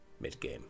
mid-game